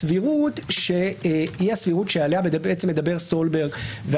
זאת הסבירות שעליה מדבר סולברג.